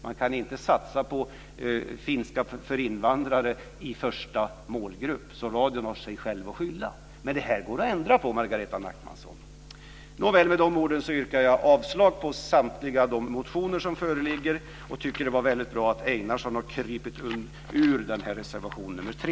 Man kan inte som första målgrupp ha dem som lyssnar på finska för invandrare. I så fall har man sig själv att skylla. Men det går att ändra på det här, Margareta Nachmanson. Med dessa ord yrkar jag avslag på samtliga de motioner som behandlas. Jag tycker att det är väldigt bra att Einarsson har krupit bort från reservation nr 3.